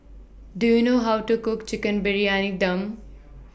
Do YOU know How to Cook Chicken Briyani Dum